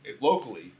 Locally